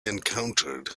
encountered